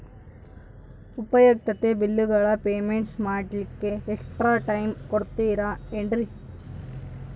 ಉಪಯುಕ್ತತೆ ಬಿಲ್ಲುಗಳ ಪೇಮೆಂಟ್ ಮಾಡ್ಲಿಕ್ಕೆ ಎಕ್ಸ್ಟ್ರಾ ಟೈಮ್ ಕೊಡ್ತೇರಾ ಏನ್ರಿ?